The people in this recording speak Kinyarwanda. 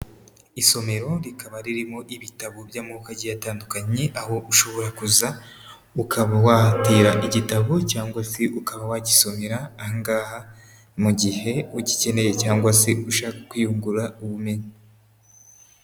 Isomero rikaba ririmo ibitabo by'amoko agiye atandukanye aho ushobora kuza ukaba wahatira igitabo cyangwa se ukaba wagisomera aha ngaha mu gihe ugikeneye cyangwa se ushaka kwiyungura ubumenyi.